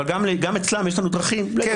אבל גם אצלם יש לנו דרכים לדובב.